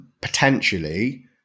potentially